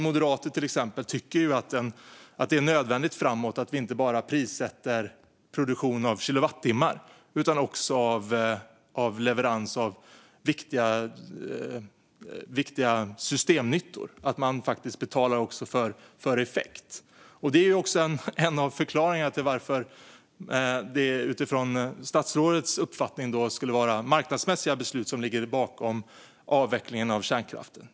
Moderaterna tycker till exempel att det är nödvändigt att vi framöver prissätter inte bara produktion av kilowattimmar utan också leverans av viktiga systemnyttor och att man faktiskt betalar för effekt. Det är en av förklaringarna till att det, utifrån statsrådets uppfattning, skulle vara marknadsmässiga beslut som ligger bakom avvecklingen av kärnkraften.